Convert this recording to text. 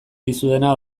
dizudana